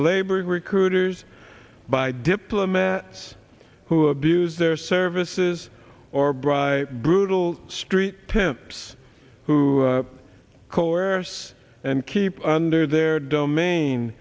labor recruiters by diplomats who abuse their services or bribe brutal street temps who coerce and keep under their domain